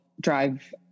drive